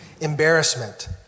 embarrassment